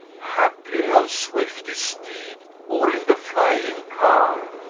haply on swiftest steed, or in the flying car,